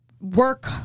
work